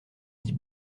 dit